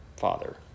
Father